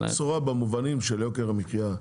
אין בשורה במובנים של יוקר המחיה,